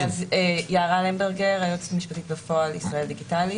1.בחוק זה, "גוף ציבורי"